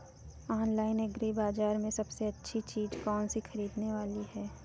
Online agri बाजार में सबसे अच्छी चीज कौन सी ख़रीदने वाली है?